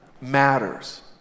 matters